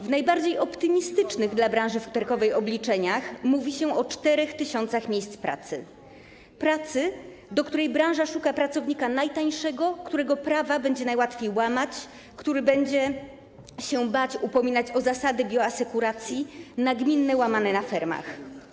W najbardziej optymistycznych dla branży futerkowej obliczeniach mówi się o 4 tys. miejsc pracy, pracy, do której branża szuka pracownika najtańszego, którego prawa będzie najłatwiej łamać, który będzie się bał upominać o zasady bioasekuracji, nagminnie łamane na fermach.